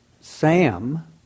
Sam